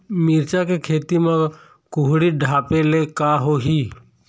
मिरचा के खेती म कुहड़ी ढापे ले का होही?